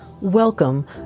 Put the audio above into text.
Welcome